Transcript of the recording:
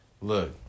Look